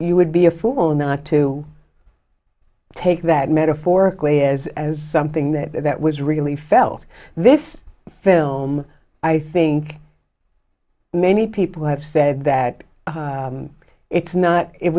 you would be a fool not to take that metaphorically as as something that that was really felt this film i think many people have said that it's not it